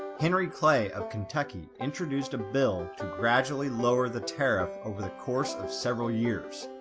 henry clay of kentucky introduced a bill to gradually lower the tariff over the course of several years.